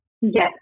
Yes